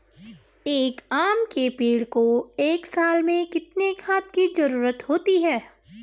एक आम के पेड़ को एक साल में कितने खाद की जरूरत होती है?